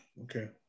Okay